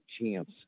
chance